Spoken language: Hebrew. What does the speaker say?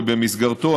ובמסגרתו,